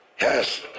Yes